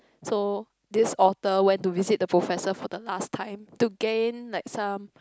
so this author went to visit the professor for the last time to gain like some